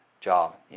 job